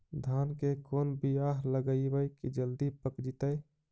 धान के कोन बियाह लगइबै की जल्दी पक जितै?